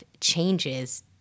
changes